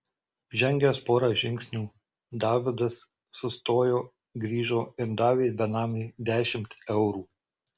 žengęs porą žingsnių davidas sustojo grįžo ir davė benamiui dešimt eurų